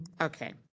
Okay